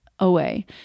Away